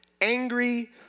angry